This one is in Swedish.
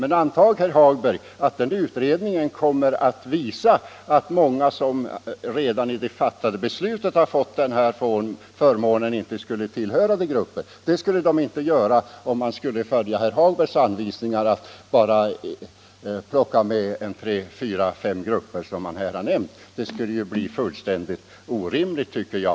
Men anta, herr Hagberg, att den utredningen visar att många som enligt det fattade beslutet fått denna förmån inte skulle tillhöra de här grupperna! Vad skall man göra med dem? Skulle de få behålla förmånen? Så skulle bli fallet om man följde herr Hagbergs anvisningar att bara ta med fyra fem grupper som herr Hagberg här har nämnt. Det skulle bli fullkomligt orimligt, tycker jag.